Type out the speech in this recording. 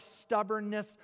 stubbornness